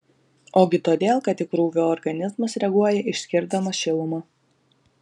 ogi todėl kad į krūvį organizmas reaguoja išskirdamas šilumą